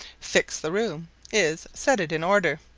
fix the room is, set it in order.